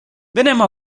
venemaa